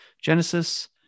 Genesis